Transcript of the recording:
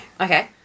Okay